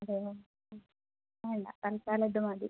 അതെയോ വേണ്ട തൽക്കാലം ഇത് മതി